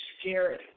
scary